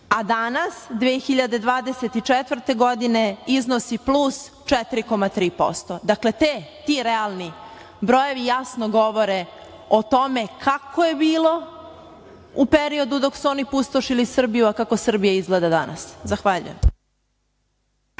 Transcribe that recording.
A danas 2024. godine iznosi plus 4,3%. Dakle, ti realni brojevi, jasno govore o tome kako je bilo u periodu dok su oni pustošili Srbiju, a kako Srbija izgleda danas. Zahvaljujem.